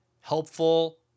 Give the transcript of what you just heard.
helpful